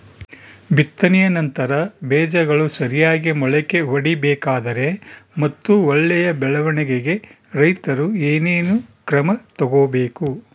ಬಿತ್ತನೆಯ ನಂತರ ಬೇಜಗಳು ಸರಿಯಾಗಿ ಮೊಳಕೆ ಒಡಿಬೇಕಾದರೆ ಮತ್ತು ಒಳ್ಳೆಯ ಬೆಳವಣಿಗೆಗೆ ರೈತರು ಏನೇನು ಕ್ರಮ ತಗೋಬೇಕು?